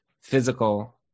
physical